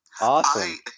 Awesome